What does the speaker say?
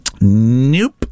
Nope